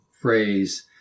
phrase